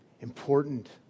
important